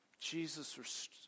Jesus